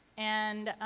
and,